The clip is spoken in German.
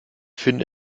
finde